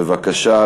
בבקשה.